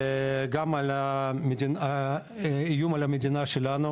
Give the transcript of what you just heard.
גם לאיום על המדינה שלנו